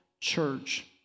church